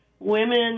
Women